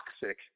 Toxic